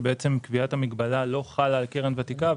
שקביעת המגבלה לא חלה על קרן ותיקה,